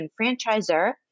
franchisor